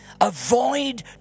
Avoid